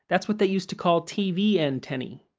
that's what they used to call tv antennae.